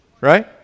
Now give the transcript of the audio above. right